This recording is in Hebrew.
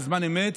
בזמן אמת,